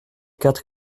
quatre